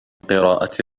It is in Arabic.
قراءة